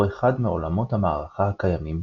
או אחד מעולמות המערכה הקיימים,